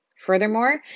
Furthermore